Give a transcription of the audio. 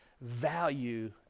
value